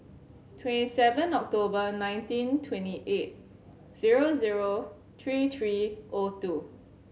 twenty seven October nineteen twenty eight zero zero three three O two